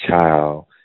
child